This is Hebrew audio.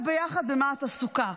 בואי נחשוב ביחד במה את עסוקה,